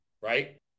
right